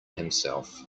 himself